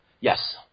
Yes